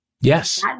Yes